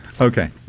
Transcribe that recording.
Okay